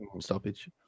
stoppage